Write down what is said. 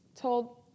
told